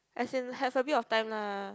as in have a bit of time lah